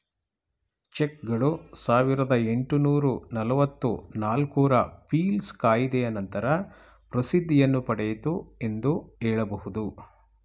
ಚೆಕ್ಗಳು ಸಾವಿರದ ಎಂಟುನೂರು ನಲವತ್ತು ನಾಲ್ಕು ರ ಪೀಲ್ಸ್ ಕಾಯಿದೆಯ ನಂತರ ಪ್ರಸಿದ್ಧಿಯನ್ನು ಪಡೆಯಿತು ಎಂದು ಹೇಳಬಹುದು